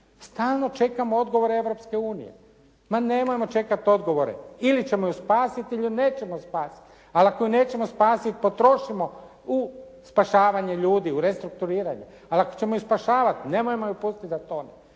Stalno čekamo odgovore Europske unije. Ma nemojmo čekati odgovore. Ili ćemo ju spasiti ili ju nećemo spasiti, ali ako ju nećemo spasiti potrošimo u spašavanje ljudi, u restrukturiranje, ali ako ćemo ju spašavati nemojmo ju pustiti da tone.